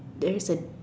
there is an